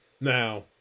Now